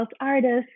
artists